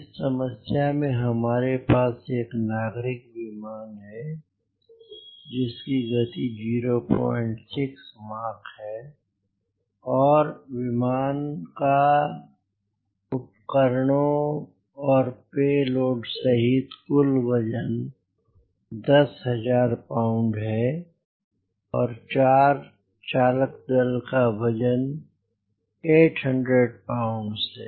इस समस्या में हमारे पास एक नागरिक विमान है जिसकी गति 06 माक है और विमान का का उपकरणों और पे लोड सहित कुल वजन 10000 पाउंड है और 4 चालकदल का वजन 800 पाउंड है